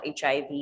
HIV